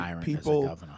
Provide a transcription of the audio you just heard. people